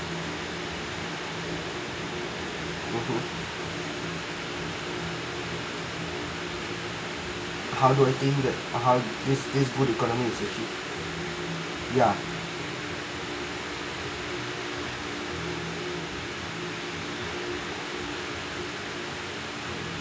mmhmm how do I think that how this this good economy is achieved ya